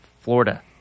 Florida